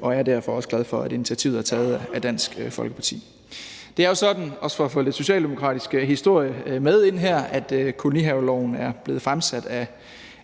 og jeg er derfor også glad for, at initiativet er taget af Dansk Folkeparti. Det er jo sådan – også for at få lidt socialdemokratisk historie med ind her – at forslaget til lov om kolonihaver blev fremsat